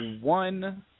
one